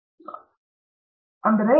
ಹಾಗಾಗಿ ನಾನು ಪಿಎಚ್ಡಿ ಹೇಳುತ್ತೇನೆ